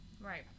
Right